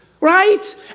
right